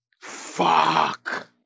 Fuck